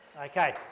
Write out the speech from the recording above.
Okay